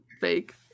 fake